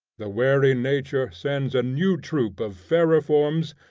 the wary nature sends a new troop of fairer forms,